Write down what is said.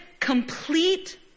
complete